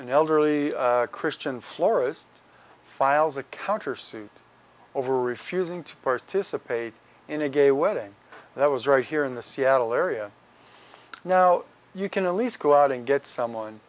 an elderly christian florist files a countersuit over refusing to participate in a gay wedding that was right here in the seattle area now you can at least go out and get someone